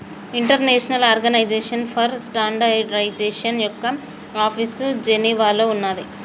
international organization for standardization యొక్క office జెనీవాలో ఉన్నాది